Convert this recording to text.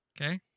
Okay